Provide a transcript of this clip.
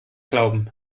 glauben